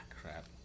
crap